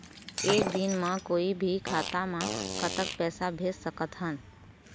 एक दिन म कोई भी खाता मा कतक पैसा भेज सकत हन?